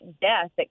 death